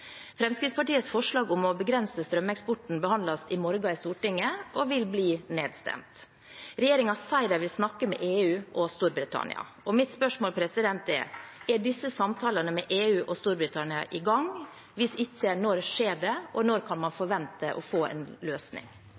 Fremskrittspartiets forslag om å begrense strømeksporten behandles i morgen i Stortinget og vil bli nedstemt. Regjeringen sier de vil snakke med EU og Storbritannia. Mitt spørsmål er: Er disse samtalene med EU og Storbritannia i gang? Og hvis ikke: Når skjer det, og når kan man forvente å få en løsning?